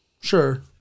Sure